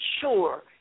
sure